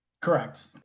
Correct